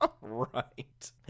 Right